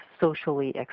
socially